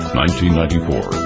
1994